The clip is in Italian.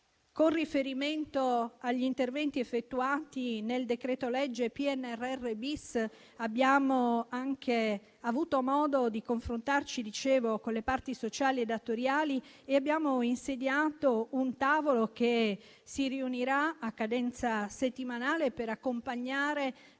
Con riferimento agli interventi effettuati nel decreto-legge PNRR-*bis*, abbiamo anche avuto modo di confrontarci con le parti sociali e datoriali e abbiamo insediato un tavolo che si riunirà a cadenza settimanale per accompagnare